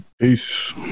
Peace